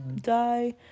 die